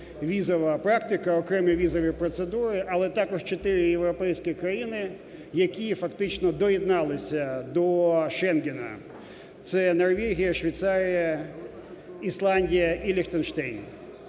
візова практика, окремі візові процедури, але також чотири європейські країни, які фактично доєдналися до "шенгена" – це Норвегія, Швейцарія, Ісландія і Ліхтенштейн.